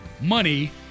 money